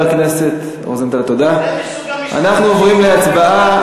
אנחנו עוברים להצבעה,